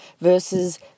versus